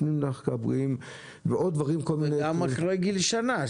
גם אחרי גיל שנה,